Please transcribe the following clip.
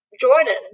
Jordan